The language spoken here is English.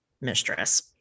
mistress